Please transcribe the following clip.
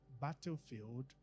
battlefield